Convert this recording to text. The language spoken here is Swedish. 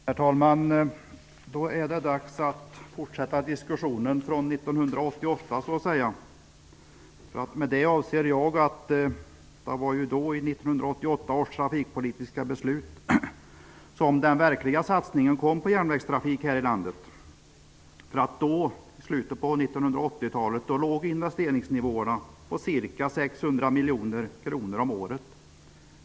Herr talman! Så är det dags att fortsätta diskussionen från år 1988. Det var ju i och med 1988 års trafikpolitiska beslut som den verkliga satsningen på jänvägstrafik gjordes här i landet. I slutet på 1980-talet låg investeringsnivåerna på ca 600 miljoner kronor om året.